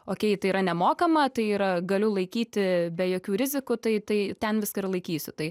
okei tai yra nemokama tai yra galiu laikyti be jokių rizikų tai tai ten viską ir laikysiu tai